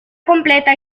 completa